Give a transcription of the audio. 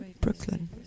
Brooklyn